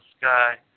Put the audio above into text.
sky